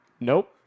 Nope